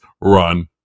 run